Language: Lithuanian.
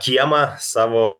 kiemą savo